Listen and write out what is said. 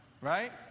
right